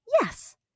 Yes